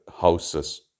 houses